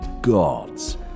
gods